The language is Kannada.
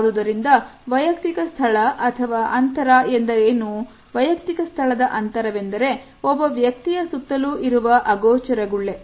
ಆದುದರಿಂದ ವೈಯಕ್ತಿಕ ಸ್ಥಳ ಅಥವಾ ಅಂತರ ಎಂದರೇನು ವೈಯಕ್ತಿಕ ಸ್ಥಳದ ಅಂತರ ವೆಂದರೆ ಒಬ್ಬ ವ್ಯಕ್ತಿಯ ಸುತ್ತಲೂ ಇರುವ ಅಗೋಚರ ಗುಳ್ಳೆ